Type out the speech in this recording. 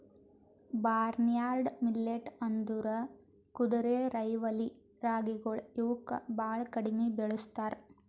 barnyard millet ಅಂದುರ್ ಕುದುರೆರೈವಲಿ ರಾಗಿಗೊಳ್ ಇವುಕ್ ಭಾಳ ಕಡಿಮಿ ಬೆಳುಸ್ತಾರ್